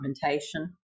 documentation